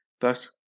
thus